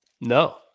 No